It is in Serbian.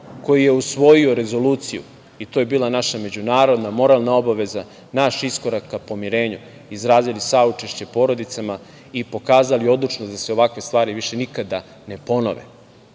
koji je usvojio rezoluciju, i to je bila naša međunarodna, moralna obaveza, naš iskorak ka pomirenju, izrazili smo saučešće porodicama i pokazali odlučnost da se ovakve stvari više nikada ne ponove. Ali,